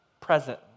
present